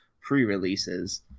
pre-releases